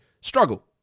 struggle